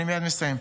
אני מייד מסיים.